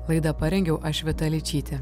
laidą parengiau aš vita ličytė